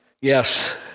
Yes